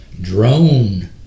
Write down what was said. drone